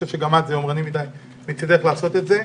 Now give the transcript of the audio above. לדעתי גם מצדך זה יומרני לעשות את זה.